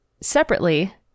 separately